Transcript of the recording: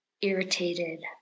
irritated